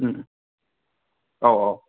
ꯎꯝ ꯑꯧ ꯑꯧ